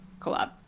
collab